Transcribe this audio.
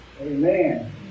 Amen